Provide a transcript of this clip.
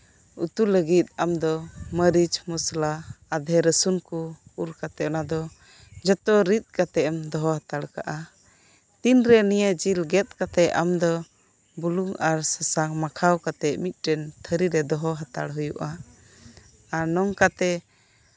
ᱩᱛᱩ ᱞᱟᱹᱜᱤᱫ ᱟᱢ ᱫᱚ ᱢᱟᱨᱤᱪ ᱢᱚᱥᱞᱟ ᱟᱫᱟ ᱨᱟᱥᱩᱱ ᱠᱚ ᱩᱨ ᱠᱟᱛᱮ ᱚᱱᱟᱫᱚ ᱡᱷᱚᱛᱚ ᱨᱤᱫ ᱠᱟᱛᱮ ᱮᱢ ᱫᱚᱦᱚ ᱦᱟᱛᱟᱲ ᱠᱟᱜᱼᱟ ᱛᱤᱱ ᱨᱮ ᱱᱤᱭᱟᱹ ᱡᱮᱹᱞ ᱜᱮᱫ ᱠᱟᱛᱮ ᱟᱢ ᱫᱚ ᱵᱩᱞᱩᱝ ᱟᱨ ᱥᱟᱥᱟᱝ ᱢᱟᱠᱷᱟᱣ ᱠᱟᱛᱮ ᱢᱤᱫ ᱴᱮᱱ ᱛᱷᱟᱨᱤ ᱨᱮ ᱫᱚᱦᱚ ᱦᱟᱛᱟᱲ ᱦᱳᱭᱳᱜᱼᱟ ᱟᱨ ᱱᱚᱝᱠᱟᱛᱮ